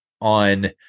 on